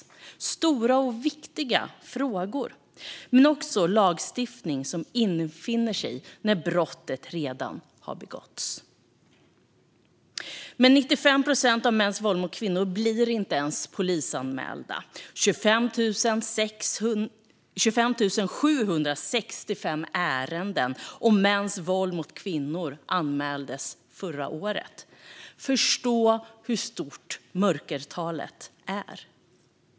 Det är stora och viktiga frågor, men det är också lagstiftning som inträder när brottet redan har begåtts. 95 procent av mäns våld mot kvinnor blir inte ens polisanmält. Förra året anmäldes 25 765 fall av mäns våld mot kvinnor. Förstå hur stort mörkertalet är!